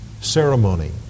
ceremony